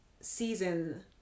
season